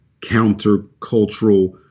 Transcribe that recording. countercultural